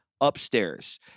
upstairs